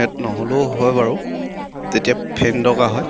net নহ'লেও হয় বাৰু তেতিয়া ফেন দৰকাৰ হয়